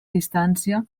distància